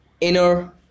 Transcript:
inner